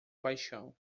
paixão